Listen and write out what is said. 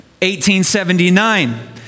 1879